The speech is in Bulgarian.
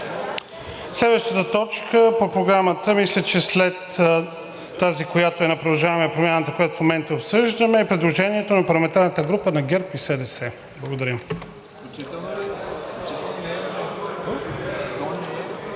Следващата точка по програмата мисля, че е след тази, която е на „Продължаваме Промяната“, която в момента обсъждаме, е предложението на парламентарната група на ГЕРБ-СДС. Благодаря